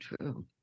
true